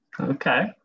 Okay